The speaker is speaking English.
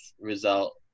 result